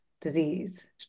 disease